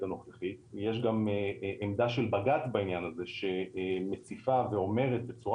הנוכחית יש גם עמדה של בג"ץ בעניין הזה שמציפה ואומרת בצורה